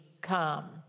come